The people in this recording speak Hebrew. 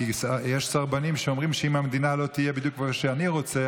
כי יש סרבנים שאומרים: אם המדינה לא תהיה בדיוק כמו שאני רוצה,